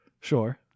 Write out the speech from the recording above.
Sure